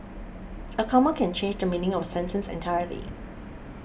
a comma can change the meaning of a sentence entirely